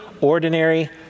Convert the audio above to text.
ordinary